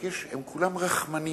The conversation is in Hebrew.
רק הם כולם רחמנים.